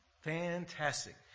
fantastic